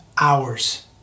hours